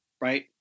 right